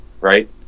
right